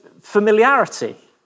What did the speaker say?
familiarity